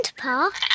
Grandpa